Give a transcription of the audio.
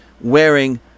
wearing